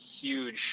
huge